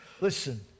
Listen